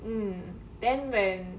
mm then when